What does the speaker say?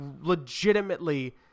legitimately